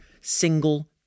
single